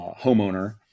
homeowner